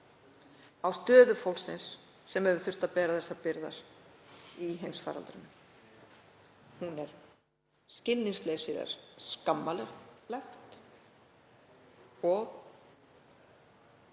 á stöðu fólksins sem hefur þurft að bera þessar byrðar í heimsfaraldri. Skilningsleysið er skammarlegt,